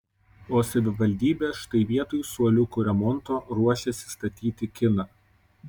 o savivaldybė štai vietoj suoliukų remonto ruošiasi statyti kiną